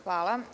Hvala.